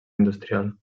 industrial